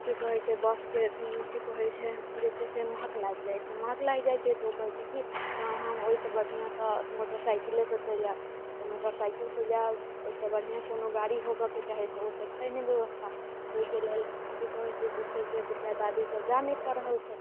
की कहैत छै बसके की कहैत छै जे छै से महक लागि जाइत छै महक लागि जाइत छै तऽ ओ कहैत छै की तऽ हम ओहिसँ बढ़िआँ तऽ मोटरसाइकिलेसँ चलि जाएब तऽ मोटरसाइकिलसँ जाएब ओहिसँ बढ़िआँ कोनो गाड़ी होबऽ के चाही तऽ ओ तऽ छै नहि व्यवस्था तऽ ओहिके लेल की कहैत छै जे छै से बुढ़िआ दादी सब जा नहि पा रहल छै